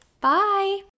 Bye